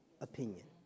opinion